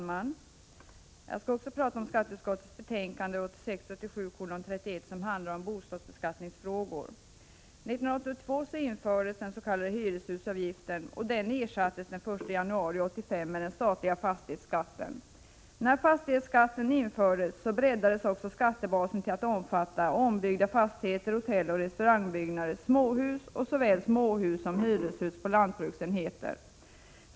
Herr talman! Också jag skall tala om skatteutskottets betänkande 1986/87:31 om bostadsbeskattningsfrågor. År 1982 infördes den s.k. hyreshusavgiften. Denna ersattes den 1 januari 1985 med den statliga fastighetsskatten. När denna fastighetsskatt infördes breddades också skattebasen till att omfatta ombyggda fastigheter, hotelloch restaurangbyggnader, småhus och såväl småhus som hyreshus på lantbruksenheter.